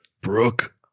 Brooke